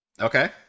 Okay